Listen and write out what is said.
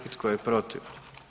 I tko je protiv?